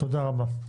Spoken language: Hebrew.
תודה רבה.